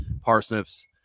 parsnips